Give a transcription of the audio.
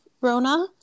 rona